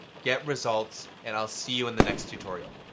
get results, and i'll see you in the next tutorial.